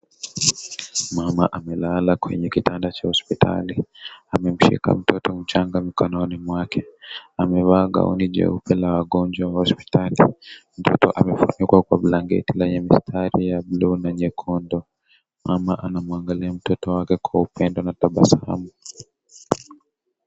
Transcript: Mama amelala kwenye kitanda cha hospitali. Amemshika mtoto mchanga mkononi mwake. Amevaa gauni jeupe la wagonjwa hospitali. Mtoto amefunikwa kwa blanketi lenye mstari wa buluu na nyekundu. Mama anamwangalia mtoto wake kwa upendo na tabasamu.